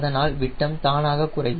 அதனால் விட்டம் தானாக குறையும்